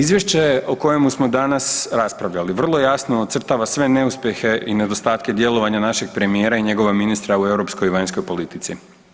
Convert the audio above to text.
Izvješće o kojemu smo danas raspravljali vrlo jasno ocrtava sve neuspjehe i nedostatke djelovanja našeg premijera i njegova ministra u europskoj i vanjskoj politici.